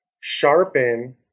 sharpen